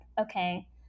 okay